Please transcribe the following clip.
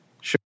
Sure